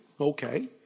Okay